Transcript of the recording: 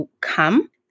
come